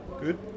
good